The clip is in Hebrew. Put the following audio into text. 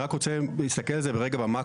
אני רק רוצה רגע להסתכל על זה במאקרו.